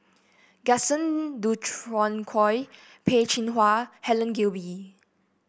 Gaston Dutronquoy Peh Chin Hua Helen Gilbey